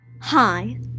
Hi